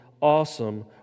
awesome